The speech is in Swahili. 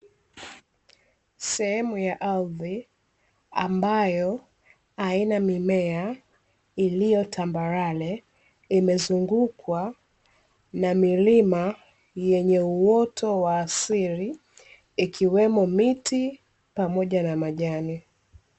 Sehemu ya ardhi ambayo haina mimea iliyo tambarare, imezungukwa na milima yenye uoto wa asili, ikiwemo miti pamoja na majani.